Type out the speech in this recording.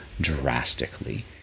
drastically